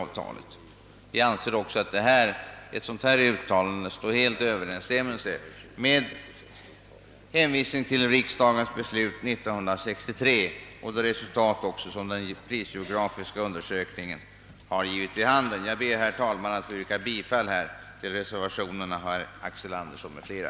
Vi anser också att ett sådant uttalande står helt i överensstämmelse med riksdagens beslut år 1963 och det resultat som den prisgeografiska undersökningen givit vid handen. Herr talman! Jag ber att få yrka bifall till reservationen 1 av herr Axel Andersson m.fl.